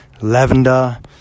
lavender